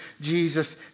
Jesus